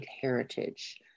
heritage